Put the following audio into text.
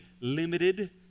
limited